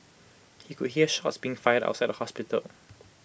he could hear shots being fired outside the hospital